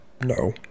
no